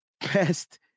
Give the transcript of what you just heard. best